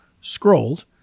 scrolled